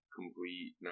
complete